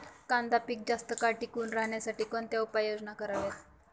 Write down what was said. कांदा पीक जास्त काळ टिकून राहण्यासाठी कोणत्या उपाययोजना कराव्यात?